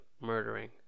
murdering